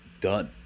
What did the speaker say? done